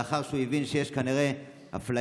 לאחר שהוא הבין שיש כנראה אפליה,